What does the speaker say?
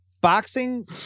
boxing